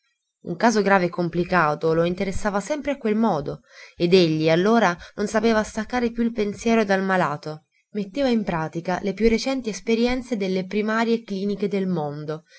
un caso grave e complicato lo interessava sempre a quel modo ed egli allora non sapeva staccare più il pensiero dal malato metteva in pratica le più recenti esperienze delle primarie cliniche del mondo